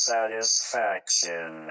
Satisfaction